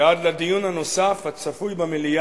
שעד לדיון הנוסף הצפוי במליאה,